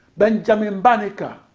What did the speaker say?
benjamin banneker